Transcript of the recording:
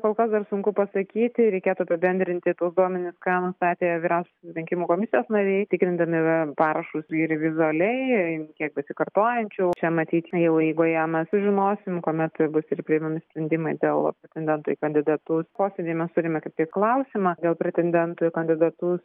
kol kas dar sunku pasakyti reikėtų apibendrinti tuos duomenis ką nustatė vyriausiosios rinkimų komisijos nariai tikrindami parašus ir vizualiai ir kiek besikartojančių čia matyt na jau eigoje mes sužinosim kuomet ir bus ir priimami sprendimai dėl pretendentų į kandidatus posėdyje mes turime kaip tik klausimą dėl pretendentų į kandidatus